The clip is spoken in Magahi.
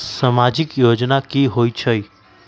समाजिक योजना की होई छई?